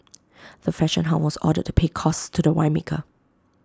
the fashion house was ordered to pay costs to the winemaker